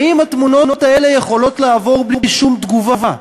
האם התמונות האלה יכולות לעבור בלי שום תגובה?